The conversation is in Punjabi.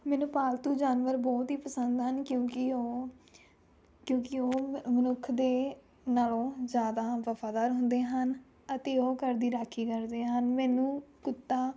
ਮੈਨੂੰ ਪਾਲਤੂ ਜਾਨਵਰ ਬਹੁਤ ਹੀ ਪਸੰਦ ਹਨ ਕਿਉਂਕਿ ਉਹ ਕਿਉਂਕਿ ਉਹ ਮਨੁੱਖ ਦੇ ਨਾਲੋਂ ਜ਼ਿਆਦਾ ਵਫਾਦਾਰ ਹੁੰਦੇ ਹਨ ਅਤੇ ਉਹ ਘਰ ਦੀ ਰਾਖੀ ਕਰਦੇ ਹਨ ਮੈਨੂੰ ਕੁੱਤਾ